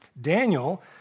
Daniel